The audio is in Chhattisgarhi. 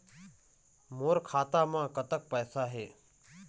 मोर खाता म कतक पैसा हे?